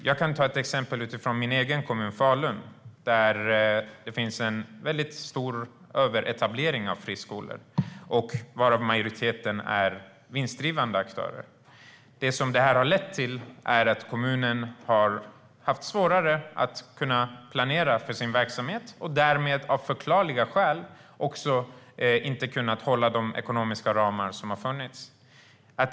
Jag kan ta ett exempel utifrån min kommun, Falun, där det finns en stor överetablering av friskolor. Majoriteten är vinstdrivande aktörer. Detta har lett till att kommunen har haft svårare att planera för sin verksamhet och därmed, av förklarliga skäl, inte kunnat hålla de ekonomiska ramar som har funnits.